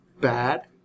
bad